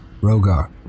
Rogar